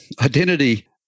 identity